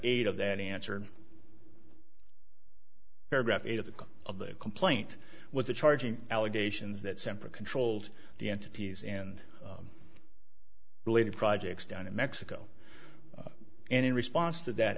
eight of that answer in paragraph eight of the of the complaint with the charging allegations that separate controlled the entities and related projects done in mexico and in response to that